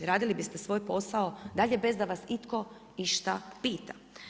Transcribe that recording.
Radili biste svoj posao dalje bez da vas itko išta pita.